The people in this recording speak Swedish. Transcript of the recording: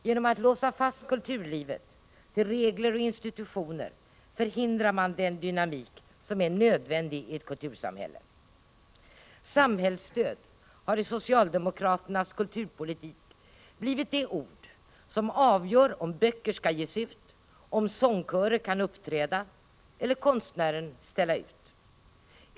Genom att låsa fast kulturlivet i regler och institutioner förhindrar man den dynamik som är nödvändig i ett kultursamhälle. Samhällsstöd har i socialdemokraternas kulturpolitik blivit det ord som avgör om böcker skall ges ut, om sångkörer kan uppträda eller konstnären ställa ut.